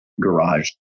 garage